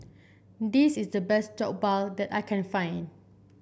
this is the best Jokbal that I can find